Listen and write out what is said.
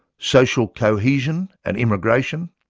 social cohesion and immigration